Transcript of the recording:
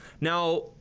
now